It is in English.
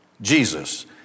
Jesus